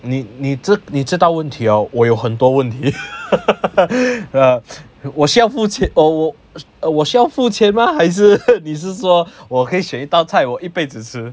你你知你知道问题哦我有很多问题 我需要付钱我我需要付钱吗还是你是说我可以选一道菜我一辈子吃